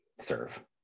serve